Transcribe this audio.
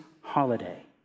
holiday